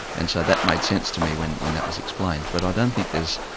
and so that made sense to me when when that was explained. but i don't think there's,